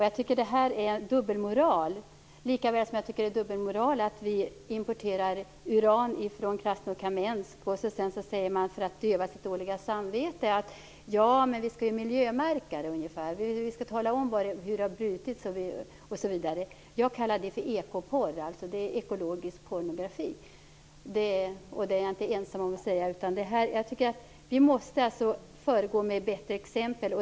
Jag tycker att detta är dubbelmoral likväl som jag tycker att det är dubbelmoral att importera uran från Krasnokamensk och sedan för att döva sitt dåliga samvete säga: Men vi skall ju miljömärka den. Vi skall tala om hur den har brutits osv. Jag kallar det för ekoporr - ekologisk pornografi. Detta är jag inte ensam om att tycka. Vi måste föregå med bättre exempel.